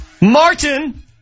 Martin